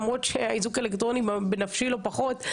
למרות שהאיזוק האלקטרוני בנפשי לא פחות.